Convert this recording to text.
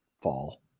fall